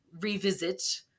revisit